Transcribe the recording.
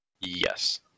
Yes